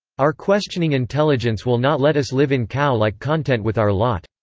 our questioning intelligence will not let us live in cow-like content with our lot.